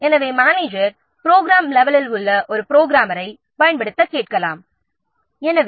எனவே manager program லெவெல்லில் உள்ள ஒரு புரோகிராமரைப் பயன்படுத்த கேட்கலாம்